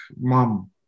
mom